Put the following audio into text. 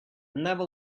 never